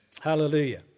Hallelujah